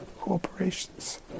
corporations